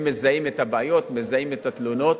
הם מזהים את הבעיות, מזהים את התלונות,